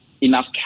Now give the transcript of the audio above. enough